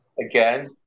again